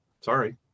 Sorry